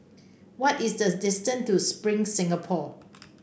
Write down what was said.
what is the distance to Spring Singapore